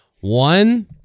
One